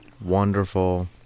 wonderful